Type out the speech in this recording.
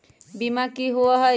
बीमा की होअ हई?